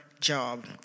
job